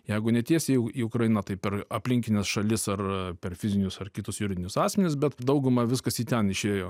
jeigu ne tiesiai į į ukrainą tai per aplinkines šalis ar per fizinius ar kitus juridinius asmenis bet dauguma viskas į ten išėjo